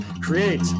Create